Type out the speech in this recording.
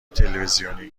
تلویزیونی